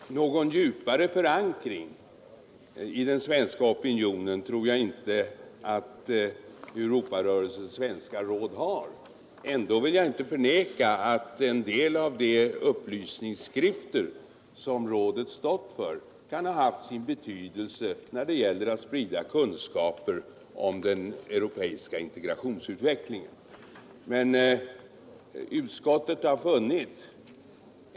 Herr talman! Någon djupare förankring i den svenska opinionen tror jag inte att Europarörelsens svenska råd har. Ändå vill jag inte förneka att en del av de upplysningsskrifter som rådet stått för kan ha haft sin betydelse när det gäller att sprida kunskaper om den europeiska integrationsutvecklingen.